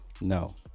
No